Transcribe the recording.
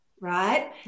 right